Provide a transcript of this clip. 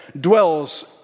dwells